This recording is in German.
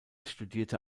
studierte